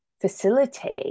facilitate